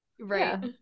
Right